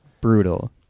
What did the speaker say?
brutal